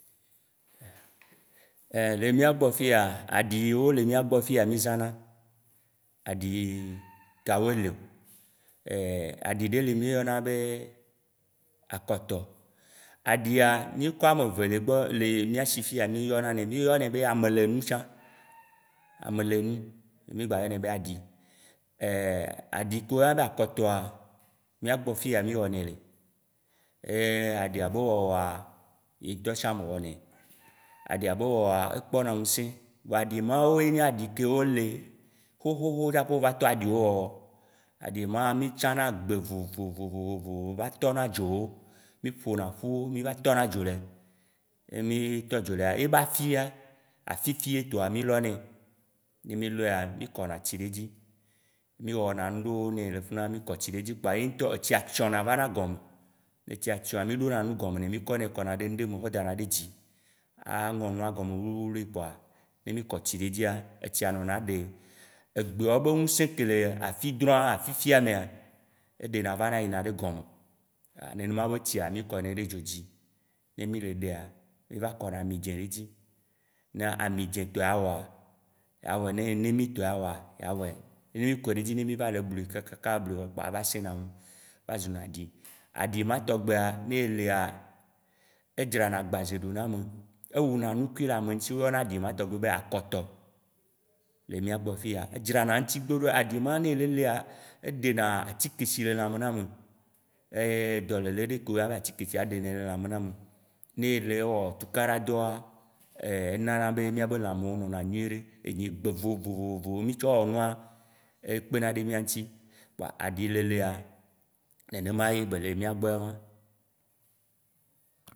Le miagbɔ fiya, aɖi yi wo le mìagbɔ fiya mì zãna, aɖi ka woe lio? aɖi ɖe li yi mì yɔna be akɔtɔ, aɖi ya nyikɔ ame eve le gbɔ le mìasi fiya mì yɔna nɛ. Mì yɔ nɛ be amelenu tsã, amelenu, mì gba yɔ nɛ be aɖi. Aɖi ke wo yɔna be akɔtɔa, mì gbɔ fiya mì wɔ nɛ le, ye aɖia be wɔwɔa, yi ŋtɔ tsã me wɔnɛ. Aɖia be wɔwɔa, ekpɔna ŋsẽ vɔ aɖi ma woe nye aɖi kewo le xoxoxo tsaƒe wo va tɔ aɖiwo wɔwɔ. Aɖi ma, mì tsãna gbe vovovovowo va tɔna dzowo, mì ƒona ƒuwo mì va tɔna dzo le, ne mì tɔ dzo le, ye ba fia, afifie toa mìlɔnɛ ne mì lɔa, mikɔna tsi ɖe edzi, mì wɔna ŋɖewo nɛ le funua kpoa ye ŋtɔ etsia tsiɔna va na gɔme. Ne tsia tsiɔa mì ɖo na nu gɔme nɛ, mì kɔ nɛ kɔna ɖe ŋɖe me kɔ dana ɖi dzi, aŋɔ nua gɔme wluiwlui kpoa ne mì kɔ tsi ɖe edzia, etsia nɔna ɖe egbeawo be ŋsẽ ke le afidrɔa afifia mea, eɖena vana yi na ɖe gɔme. Nenema be tsia, mì kɔnɛ ɖe dzo dzi, mì va kɔna amidzĩ ɖe edzi, ne amidzĩ tɔ awɔa yawɔe, ne nemitɔ awɔa, yawɔe. Ne mì kɔe ɖe dzi ne mile blui kaka blui vɔ kpoa, ava sɛ̃na ŋu, va zuna aɖi. Aɖi ma tɔŋgbia ne elea, edzrana agbaze ɖo na ame, ewu na nukui le ame ŋti, woyɔna aɖi ma tɔŋgbi be akɔtɔ. Le mìa gbɔ fiya, edzrana ŋtigbe ɖo aɖi ma ne ele lea, eɖena atsikeshi le lãme na ame, dɔlele ɖe ke wo yɔna be atikeshia, eɖenɛ le lãme na ame. Ne ele wɔ tukaɖa dɔa, enana be mìabe lãmewo nɔna nyui ɖe, ye nyi gbe vovovowo mìtsɔ wɔ nua, ekpena ɖe mìa ŋti. Kpoa aɖi lelea nenema ye be le le mìa gbɔe wã.